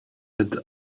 had